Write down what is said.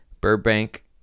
Burbank